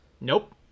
Nope